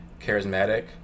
charismatic